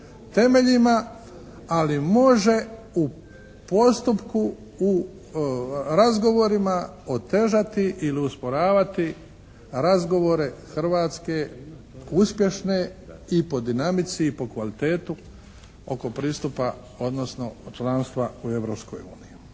ali može u postupku u razgovorima otežati ili usporavati razgovore Hrvatske uspješne i po dinamici i po kvalitetu oko pristupa, odnosno članstva u